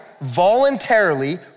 voluntarily